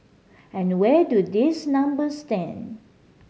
and where do these numbers stand